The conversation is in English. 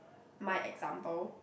my example